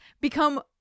become